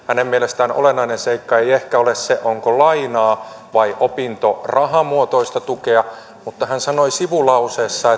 hänen mielestään olennainen seikka ei ehkä ole se onko lainaa vai opintorahamuotoista tukea mutta sanoi sivulauseessa